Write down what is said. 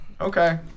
okay